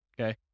okay